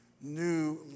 new